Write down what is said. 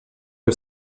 que